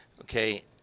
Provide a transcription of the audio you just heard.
okay